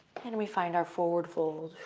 and we find our forward fold.